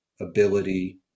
ability